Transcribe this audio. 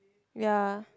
ya